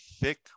thick